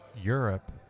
europe